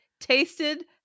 tasted